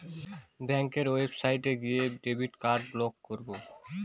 ব্যাঙ্কের ওয়েবসাইটে গিয়ে ডেবিট কার্ড ব্লক করাবো